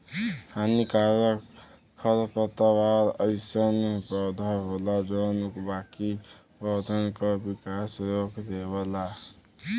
हानिकारक खरपतवार अइसन पौधा होला जौन बाकी पौधन क विकास रोक देवला